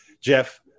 Jeff